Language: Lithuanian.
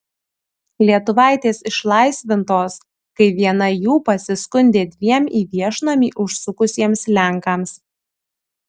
lietuvaitės išlaisvintos kai viena jų pasiskundė dviem į viešnamį užsukusiems lenkams